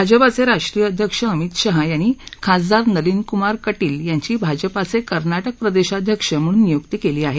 भाजपाचे राष्ट्रीय अध्यक्ष अमित शाह यांनी खासदार नलीन कुमार कटील यांची भाजपाचे कर्नाटक प्रदेशाध्यक्ष म्हणून नियुक्ती केली आहे